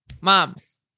Moms